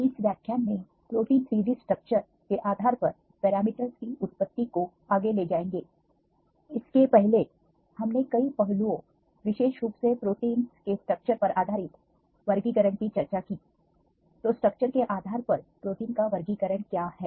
इस व्याख्यान में प्रोटीन 3D स्ट्रक्चर के आधार पर पैरामीटर्स की उत्पत्ति को आगे ले जाएंगे इसके पहले हमने कई पहलुओं विशेष रूप से प्रोटीनस के स्ट्रक्चर पर आधारित वर्गीकरण की चर्चा की तो स्ट्रक्चर के आधार पर प्रोटीन का वर्गीकरण क्या है